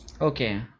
Okay